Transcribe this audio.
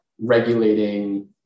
regulating